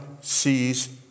sees